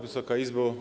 Wysoka Izbo!